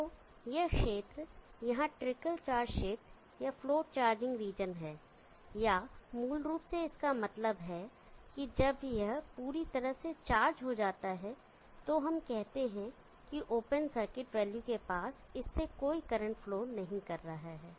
तो यह क्षेत्र यहां ट्रिकल चार्ज क्षेत्र या फ्लोट चार्जिंग रीजन है या मूल रूप से इसका मतलब है कि जब यह पूरी तरह से चार्ज हो जाता है तो हम कहते हैं ओपन सर्किट वैल्यू के पास इससे कोई करंट फ्लो नहीं कर रहा है